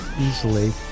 easily